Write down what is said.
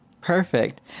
Perfect